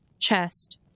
chest